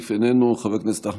חבר הכנסת עפר כסיף,